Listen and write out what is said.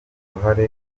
uruhare